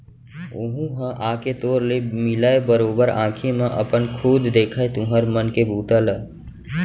ओहूँ ह आके तोर ले मिलय, बरोबर आंखी म अपन खुद देखय तुँहर मन के बूता ल